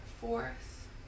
fourth